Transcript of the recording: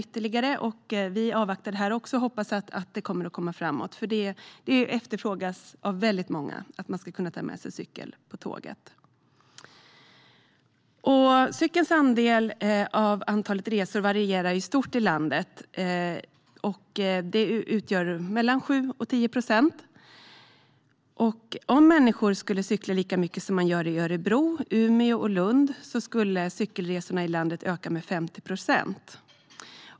Även på denna punkt avvaktar vi och hoppas att det kommer att gå framåt, för det är många som efterfrågar att man ska kunna ta med sig cykel på tåget. Cykelns andel av antalet resor varierar stort i landet - mellan 7 och 10 procent. Om alla skulle cykla lika mycket som man gör i Örebro, Umeå och Lund skulle antalet cykelresor i landet öka med 50 procent.